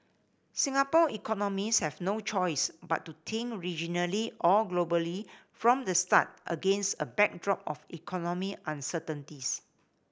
Singapore economics have no choice but to think regionally or globally from the start against a backdrop of economic uncertainties